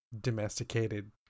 domesticated